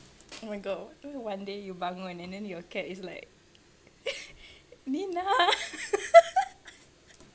oh my god what if one day you bangun and your cat is like nina